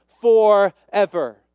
forever